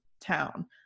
town